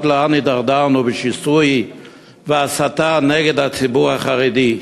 עד לאן הידרדרנו בשיסוי והסתה נגד הציבור החרדי?